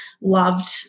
loved